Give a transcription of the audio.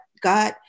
god